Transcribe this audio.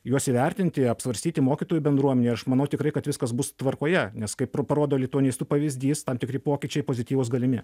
juos įvertinti apsvarstyti mokytojų bendruomenėj aš manau tikrai kad viskas bus tvarkoje nes kaip ir parodo lituanistų pavyzdys tam tikri pokyčiai pozityvūs galimi